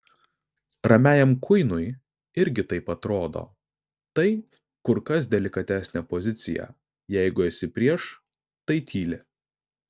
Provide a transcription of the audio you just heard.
ramiajam kuinui irgi taip atrodo tai kur kas delikatesnė pozicija jeigu esi prieš tai tyli